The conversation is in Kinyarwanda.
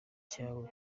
cyawe